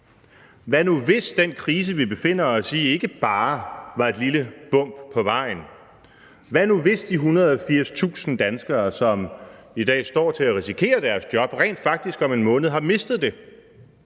Hvad nu hvis den krise, vi befinder os i, ikke bare var et lille bump på vejen? Hvad nu hvis de 180.000 danskere, som i dag står til at risikere at miste deres job, rent faktisk om en måned har mistet det?